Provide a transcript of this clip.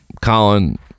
colin